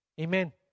Amen